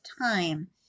time